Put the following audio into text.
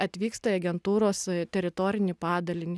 atvyksta į agentūros teritorinį padalinį